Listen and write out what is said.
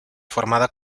formada